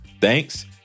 Thanks